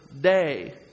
day